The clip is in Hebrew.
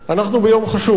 אנחנו ביום חשוב.